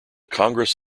congress